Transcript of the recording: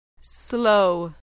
Slow